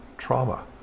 trauma